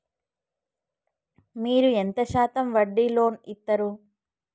మీరు ఎంత శాతం వడ్డీ లోన్ ఇత్తరు?